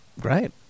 Great